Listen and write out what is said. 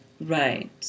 Right